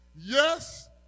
yes